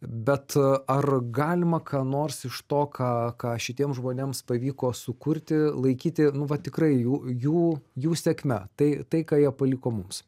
bet ar galima ką nors iš to ką ką šitiems žmonėms pavyko sukurti laikyti nu va tikrai jų jų jų sėkme tai tai ką jie paliko mums